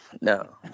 no